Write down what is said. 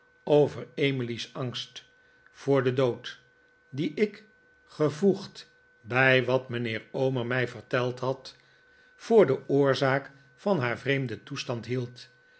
over emily's angst voor den dood dien ik gevoegd bij wat mijnheer omer mij verteld had voor de oorzaak van naar vreemden toestand hield